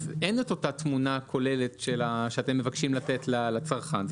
אז אין אותה תמונה כוללת שאתם מבקשים לתת לצרכן.